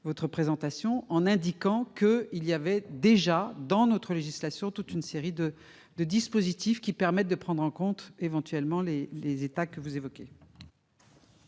votre présentation, en indiquant qu'il existe déjà dans notre législation toute une série de dispositifs permettant de prendre en compte les états que vous évoquez.